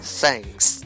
thanks